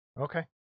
Okay